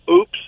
oops